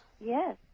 Yes